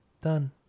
Done